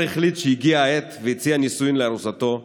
החליט שהגיעה העת והציע נישואין לארוסתו עדנה.